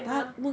ya